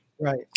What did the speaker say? Right